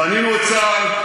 בנינו את צה"ל,